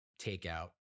takeout